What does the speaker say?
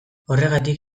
horregatik